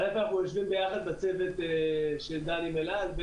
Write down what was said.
א', אנחנו יושבים ביחד בצוות שדן עם אל על.